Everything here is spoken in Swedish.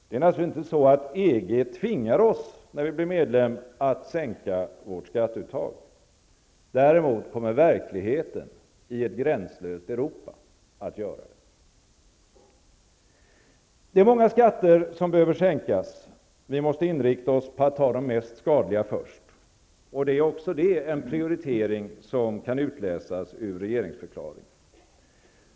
Det är naturligtvis inte så att EG tvingar oss, när Sverige blir medlem, att sänka vårt skatteuttag. Däremot kommer verkligheten i ett gränslöst Europa att göra det. Det är många skatter som behöver sänkas. Vi måste inrikta oss på att ta de mest skadliga först. Det är också en prioritering som kan utläsas ur regeringsförklaringen.